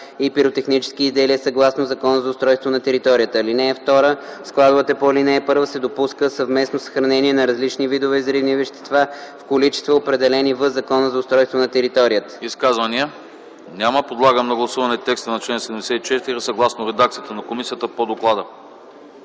и пиротехнически изделия съгласно Закона за устройство на територията. (2) В складовете по ал. 1 се допуска съвместно съхранение на различни видове взривни вещества в количества, определени в Закона за устройство на територията.” ПРЕДСЕДАТЕЛ АНАСТАС АНАСТАСОВ: Изказвания? Няма. Подлагам на гласуване текста на чл. 74 съгласно редакцията на комисията по доклада.